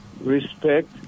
respect